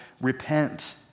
repent